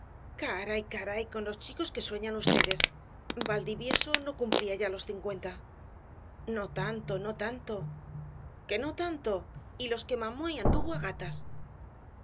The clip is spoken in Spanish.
la trompetilla caray caray con los chicos que sueñan vds valdivieso no cumplía ya los cincuenta no tanto no tanto que no tanto y los que mamó y anduvo á gatas